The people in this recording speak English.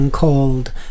called